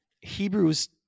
Hebrews